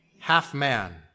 half-man